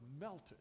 melted